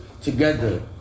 together